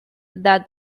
hobby